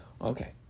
Okay